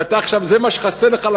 ועכשיו זה מה שחסר לך,